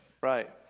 Right